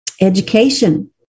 education